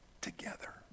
together